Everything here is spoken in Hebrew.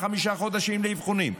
חמישה חודשים לאבחונים,